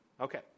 Okay